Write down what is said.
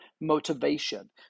motivation